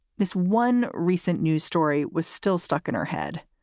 this one recent news story was still stuck in her head.